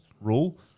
rule